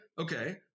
Okay